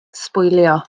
sbwylio